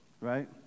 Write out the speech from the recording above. Right